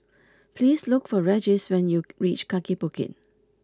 please look for Regis when you reach Kaki Bukit